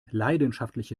leidenschaftliche